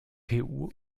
gpu